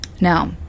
Now